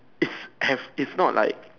it's have it's not like